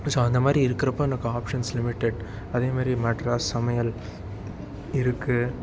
so அந்தமாதிரி இருக்கிறப்ப எனக்கு ஆப்ஷன்ஸ் லிமிடெட் அதேமாதிரி மெட்ராஸ் சமையல் இருக்குது